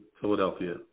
Philadelphia